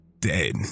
Dead